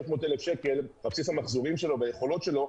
300,000 שקל על בסיס המחזורים והיכולות שלו,